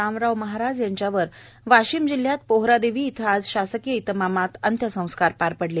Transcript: रामराव महाराज यांच्यावर वाशीम जिल्ह्यात पोहरादेवी इथं आज शासकीय इतमामात अंत्यसंस्कार पार पडले